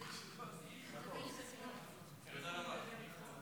ההצעה להעביר את הנושא לוועדה שתקבע ועדת הכנסת נתקבלה.